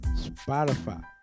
Spotify